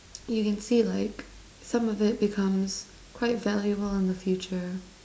you can see like some of that becomes quite valuable in the future